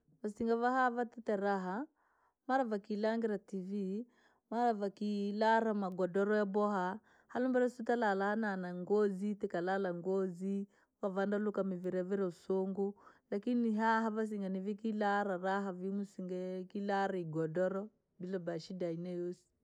Vasingaa vaahaha vatile raha, mara vakailangira tivii, mara vakilaana magodoroo yaboowa, hara lomberoo susu talala maa ngozi, tukalala ngozi ukavanduluka mivini yaviire usunguu, lakini haa vasinga nivii kilaaraha raha vii vasinga kilala igodoro bila ba shida.